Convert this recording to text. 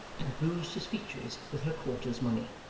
and bruised his features with her quarter's money.